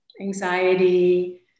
anxiety